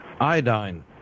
iodine